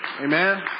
Amen